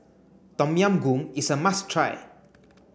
Tom Yam Goong is a must try